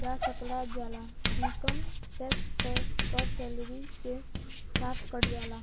जा सकल जाला इनकम टैक्स क कर सैलरी के साथ कट जाला